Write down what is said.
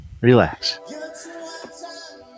Relax